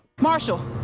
Marshall